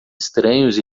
estranhos